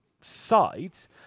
sides